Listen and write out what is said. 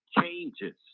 changes